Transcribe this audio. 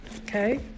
Okay